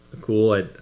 cool